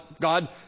God